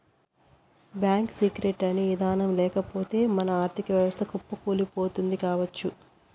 bank secrecy అనే ఇదానం లేకపోతె మన ఆర్ధిక వ్యవస్థ కుప్పకూలిపోతుంది కావచ్చు